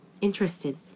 interested